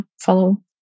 follow